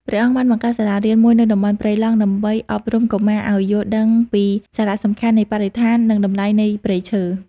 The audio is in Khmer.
ព្រះអង្គបានបង្កើតសាលារៀនមួយនៅតំបន់ព្រៃឡង់ ដើម្បីអប់រំកុមារឱ្យយល់ដឹងពីសារៈសំខាន់នៃបរិស្ថាន និងតម្លៃនៃព្រៃឈើ។